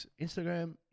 instagram